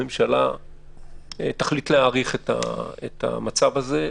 הממשלה תחליט להאריך את המצב הזה.